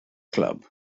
club